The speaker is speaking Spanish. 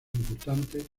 importantes